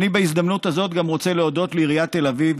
בהזדמנות הזאת אני גם רוצה להודות לעיריית תל אביב,